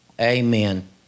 Amen